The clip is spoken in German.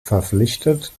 verpflichtet